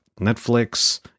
Netflix